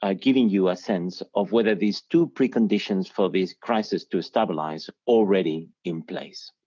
um giving you a sense of whether these two preconditions for these crises to stabilize already in place.